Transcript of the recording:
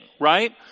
right